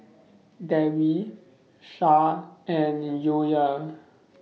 Dewi Shah and The Joyah